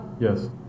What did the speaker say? Yes